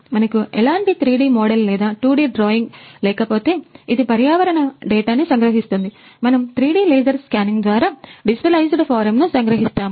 మనకు ఎలాంటి 3D model లేదా 2D డ్రాయింగ్ లేకపోతే ఇది పర్యావరణ డేటాని సంగ్రహిస్తుంది మనము 3D లేజర్ స్కానింగ్ ద్వారా డిజిటలైజ్డ్ ఫారమ్ను సంగ్రహిస్తాము